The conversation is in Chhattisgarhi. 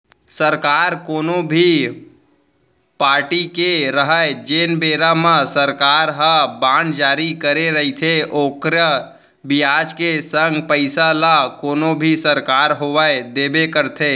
सरकार कोनो भी पारटी के रहय जेन बेरा म सरकार ह बांड जारी करे रइथे ओखर बियाज के संग पइसा ल कोनो भी सरकार होवय देबे करथे